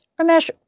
Ramesh